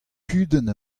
kudenn